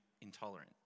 intolerant